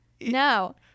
No